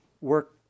work